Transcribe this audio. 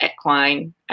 equine